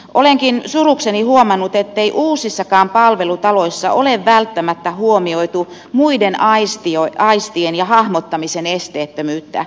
olenkin surukseni huomannut ettei uusissakaan palvelutaloissa ole välttämättä huomioitu muiden aistien ja hahmottamisen esteettömyyttä